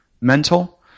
mental